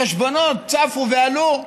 החשבונות צפו ועלו,